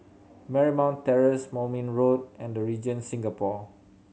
Marymount Terrace Moulmein Road and The Regent Singapore